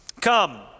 Come